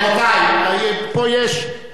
רבותי, היא א-פוליטית.